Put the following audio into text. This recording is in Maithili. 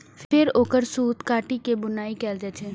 फेर ओकर सूत काटि के बुनाइ कैल जाइ छै